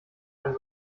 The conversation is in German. einen